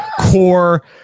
core